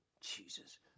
Jesus